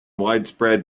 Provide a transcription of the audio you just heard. widespread